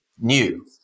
New